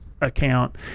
account